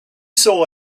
saw